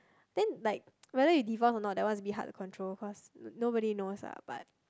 then like whether you divorce or not that one is a bit hard to control cause nobody knows ah but